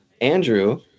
Andrew